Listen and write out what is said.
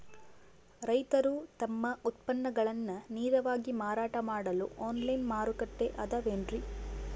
ರೈತರು ತಮ್ಮ ಉತ್ಪನ್ನಗಳನ್ನ ನೇರವಾಗಿ ಮಾರಾಟ ಮಾಡಲು ಆನ್ಲೈನ್ ಮಾರುಕಟ್ಟೆ ಅದವೇನ್ರಿ?